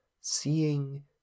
seeing